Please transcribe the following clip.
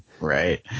Right